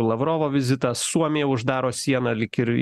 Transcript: lavrovo vizitą suomija uždaro sieną lyg ir